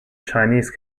chinese